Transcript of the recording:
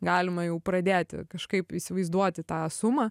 galima jau pradėti kažkaip įsivaizduoti tą sumą